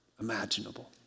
imaginable